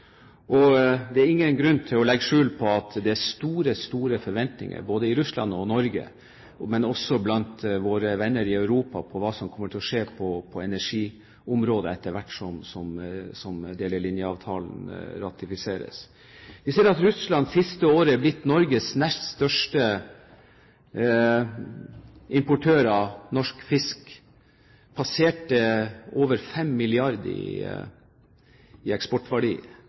og det er ingen grunn til å legge skjul på at det er store, store forventninger i både Russland og Norge, men også blant våre venner i Europa, til hva som kommer til å skje på energiområdet etter hvert som delelinjeavtalen ratifiseres. Vi ser at Russland det siste året er blitt nest største importør av norsk fisk – passerte over 5 mrd. kr i